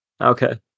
Okay